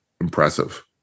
impressive